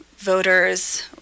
voters